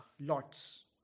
lots